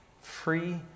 free